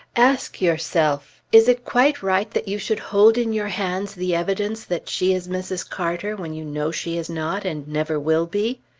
ask yourself! is it quite right that you should hold in your hands the evidence that she is mrs. carter, when you know she is not, and never will be?